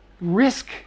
risk